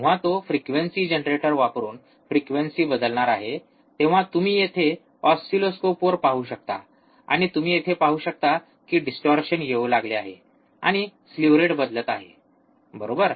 जेव्हा तो frequency generator वापरून फ्रिक्वेंसी बदलणार आहे तेव्हा तुम्ही येथे ऑसिलोस्कोपवर पाहू शकता आणि तुम्ही येथे पाहू शकता की डिस्टोर्शन येऊ लागले आहे आणि स्लीव्ह रेट बदलत आहे बरोबर